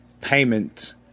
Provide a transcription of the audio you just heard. payment